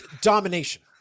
domination